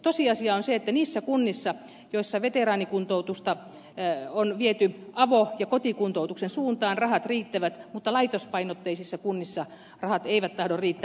tosiasia on se että niissä kunnissa joissa veteraanikuntoutusta on viety avo ja kotikuntoutuksen suuntaan rahat riittävät mutta laitospainotteisissa kunnissa rahat eivät tahdo riittää